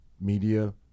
media